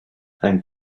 and